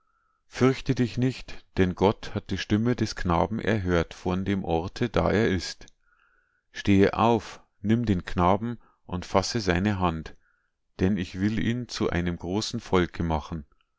fürchte dich nicht denn gott hat die stimme des knaben erhört von dem orte da er ist stehe auf nimm den knaben und fasse seine hand denn ich will ihn zu einem großen volke machen